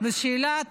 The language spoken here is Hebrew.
בשאלת